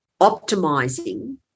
optimizing